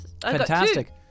Fantastic